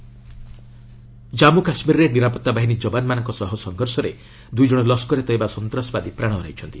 Kashmir gunfight ଜାଞ୍ଜୁ କାଶ୍ମୀରରେ ନିରାପତ୍ତା ବାହିନୀ ଯବାନମାନଙ୍କ ସହ ସଂଘର୍ଷରେ ଦୁଇ ଜଣ ଲସ୍କରେ ତୟବା ସନ୍ତ୍ରାସବାଦୀ ପ୍ରାଣ ହରାଇଛନ୍ତି